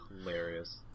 hilarious